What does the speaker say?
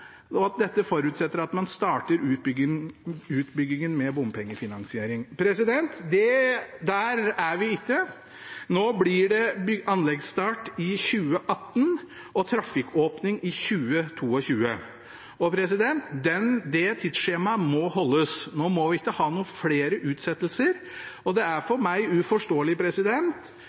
og at dette forutsetter at man starter utbyggingen med bompengefinansiering. Der er vi ikke. Nå blir det anleggsstart i 2018 og trafikkåpning i 2022, og det tidsskjemaet må holdes. Nå må vi ikke ha noen flere utsettelser. Det er fire år siden reguleringsplanen ble vedtatt, og at det